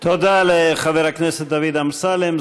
תודה לחבר הכנסת דוד אמסלם.